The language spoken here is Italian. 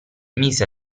mise